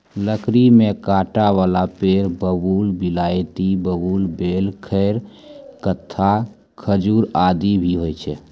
लकड़ी में कांटा वाला पेड़ बबूल, बिलायती बबूल, बेल, खैर, कत्था, खजूर आदि भी होय छै